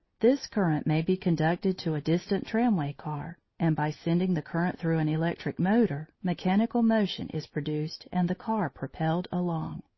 this current may be conducted to a distant tramway car, and, by sending the current through an electric motor, mechanical motion is produced and the car propelled along.